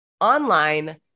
online